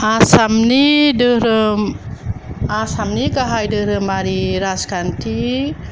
आसामनि धोरोम आसामनि गाहाइ दोरोमारि राजखान्थि